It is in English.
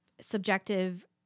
subjective